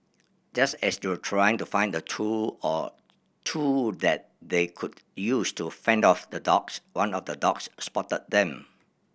just as they were trying to find a tool or two that they could use to fend off the dogs one of the dogs spotted them